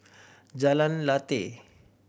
Jalan Lateh